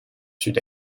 sud